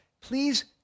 Please